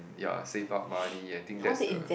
ya save up money I think that's the